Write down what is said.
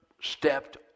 stepped